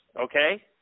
okay